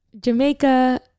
jamaica